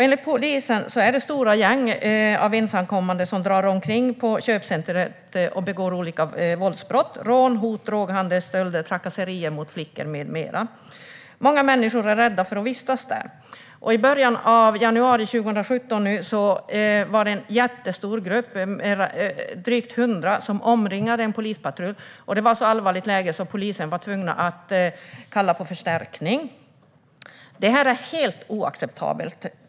Enligt polisen är det stora gäng av ensamkommande som drar omkring på köpcentret och begår olika våldsbrott, rån, hot, droghandel, stölder, trakasserier mot flickor med mera. Många människor är rädda för att vistas där. I början av januari 2017 var det en jättestor grupp på drygt 100 personer som omringade en polispatrull. Det var ett så allvarligt läge att polisen var tvungen att kalla på förstärkning. Det här är helt oacceptabelt.